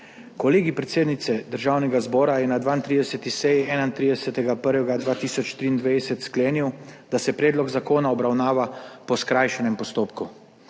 Kolegij predsednice Državnega zbora je na 32. seji 31. 1. 2023 sklenil, da se predlog zakona obravnava po skrajšanem postopku.